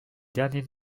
derniers